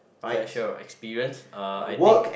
special experience uh I think